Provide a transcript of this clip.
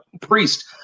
priest